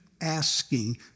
asking